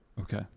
Okay